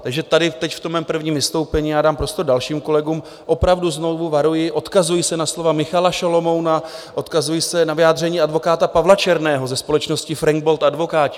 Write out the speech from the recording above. Takže tady teď v mém prvním vystoupení dám prostor dalším kolegům, a opravdu znovu varuji, odkazuji se na slova Michala Šalomouna, odkazuji se na vyjádření advokáta Pavla Černého ze společnosti Frank Bold Advokáti.